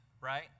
right